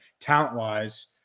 talent-wise